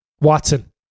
watson